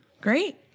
Great